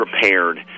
prepared